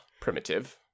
primitive